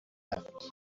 left